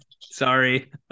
Sorry